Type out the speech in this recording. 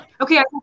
okay